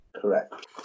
Correct